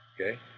Okay